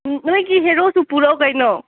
ꯅꯣꯏꯒꯤ ꯍꯦꯔꯣꯁꯨ ꯄꯨꯔꯛꯎ ꯀꯩꯅꯣ